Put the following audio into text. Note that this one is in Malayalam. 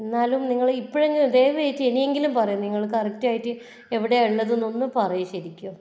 എന്നാലും നിങ്ങളിപ്പഴെങ്കിലു ദയവായിട്ട് ഇനിയെങ്കിലും പറയു നിങ്ങൾ കറക്റ്റ് ആയിട്ട് എവിടെയാണ് ഉള്ളതെന്നൊന്ന് പറയു ശരിക്കും